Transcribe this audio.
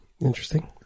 Interesting